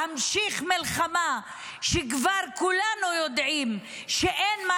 להמשיך מלחמה שכולנו כבר יודעים שאין מה